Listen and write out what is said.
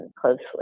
closely